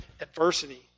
adversity